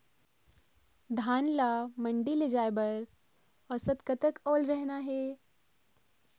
धान ला मंडी ले जाय बर औसत कतक ओल रहना हे?